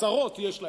צרות יש לה,